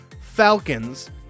Falcons